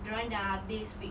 dorang dah habis week